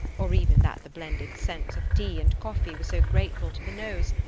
or even that the blended scents of tea and coffee were so grateful to the nose,